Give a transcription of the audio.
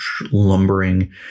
lumbering